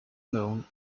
known